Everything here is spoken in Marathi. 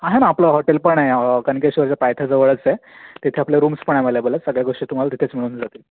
आहे ना आपलं हॉटेल पण आहे कणकेश्वरच्या पायथ्याजवळच आहे तिथे आपल्या रूम्स पण अवेलेबल आहेत सगळ्या गोष्टी तुम्हाला तिथेच मिळून जातील